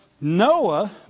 Noah